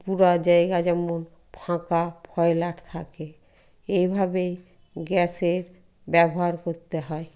পুরো জায়গা যেন ফাঁকা ফয়লাট থাকে এইভাবেই গ্যাসের ব্যবহার করতে হয়